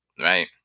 right